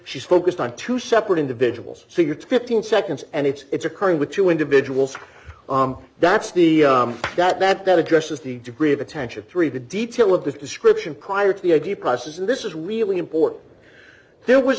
she's focused on two separate individuals figure to fifteen seconds and it's occurring with two individuals that's the that that that addresses the degree of attention three the detail of this description prior to the idea process and this is really important there was